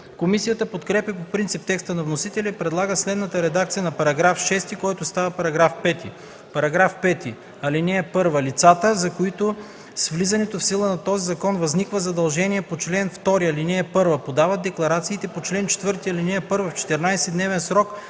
Комисията подкрепя по принцип текста на вносителя и предлага следната редакция на § 6, който става § 5: „§ 5. (1) Лицата, за които с влизането в сила на този закон възниква задължение по чл. 2, ал. 1, подават декларациите по чл. 4, ал. 1 в 14-дневен срок